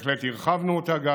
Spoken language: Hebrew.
בהחלט גם הרחבנו אותה.